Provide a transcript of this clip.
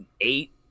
eight